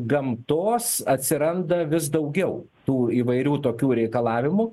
gamtos atsiranda vis daugiau tų įvairių tokių reikalavimų